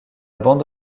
bande